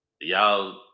y'all